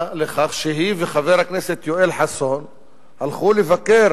לכך שהיא וחבר הכנסת יואל חסון הלכו לבקר